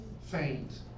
faint